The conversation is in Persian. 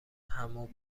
همو